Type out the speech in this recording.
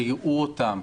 שיראו אותם,